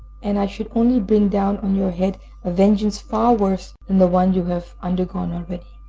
and i should only bring down on your head a vengeance far worse than the one you have undergone already.